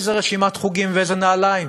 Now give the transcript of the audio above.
איזה רשימת חוגים ואיזה נעליים,